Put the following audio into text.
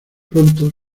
pronto